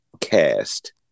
cast